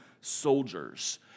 soldiers